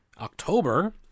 October